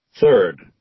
Third